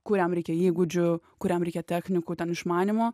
kuriam reikia įgūdžių kuriam reikia technikų ten išmanymo